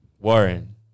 Warren